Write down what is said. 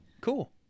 Cool